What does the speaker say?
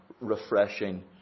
refreshing